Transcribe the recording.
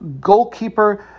Goalkeeper